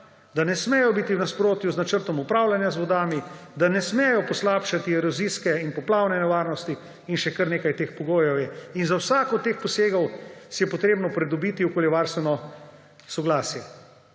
da ne smejo biti v nasprotju z načrtom upravljanja z vodami, da ne smejo poslabšati erozijske in poplavne nevarnosti in še kar nekaj teh pogojev je. Za vsak od teh posegov si je potrebno dobiti okoljevarstveno soglasje.